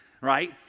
right